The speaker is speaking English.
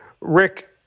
Rick